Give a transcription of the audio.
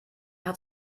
hat